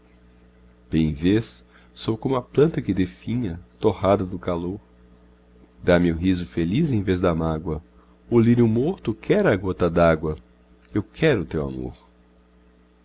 bem vês sou como a planta que definha torrada do calor dá-me o riso feliz em vez da mágoa o lírio morto quer a gota dágua eu quero o teu amor